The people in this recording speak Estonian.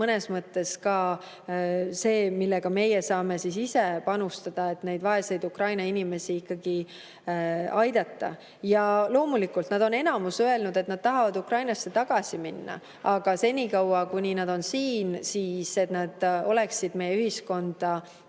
mõnes mõttes ka see, millega meie saame ise panustada, et neid vaeseid Ukraina inimesi aidata. Loomulikult on enamus neist öelnud, et nad tahavad Ukrainasse tagasi minna, aga senikaua, kuni nad on siin, nad peaksid olema meie ühiskonda